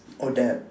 oh dad